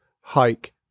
hike